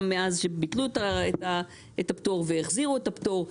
גם מאז שביטלו את הפטור והחזירו את הפטור,